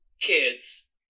kids